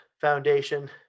Foundation